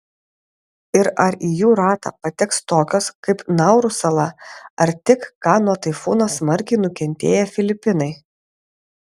ir ar į jų ratą pateks tokios kaip nauru sala ar tik ką nuo taifūno smarkiai nukentėję filipinai